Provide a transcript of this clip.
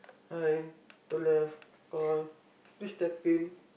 hi two love call please step in